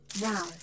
Now